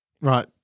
Right